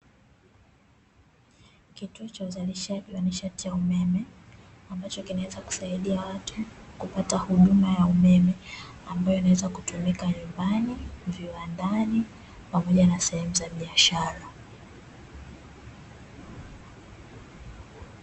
Kituo cha uzalishaji wa nishati ya umeme, ambacho kinaweza kusaidia watu kupata huduma ya umeme, ambayo inaweza kutumika nyumbani, viwandani, pamoja na sehemu za biashara.